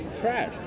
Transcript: trash